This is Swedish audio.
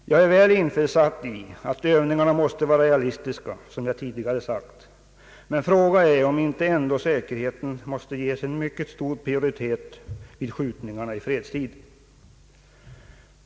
Jag är väl införstådd med att övningarna måste vara realistiska, som jag tidigare sagt, men fråga är om inte ändå säkerheten måste ges en mycket stor prioritet vid skjutningarna i fredstid.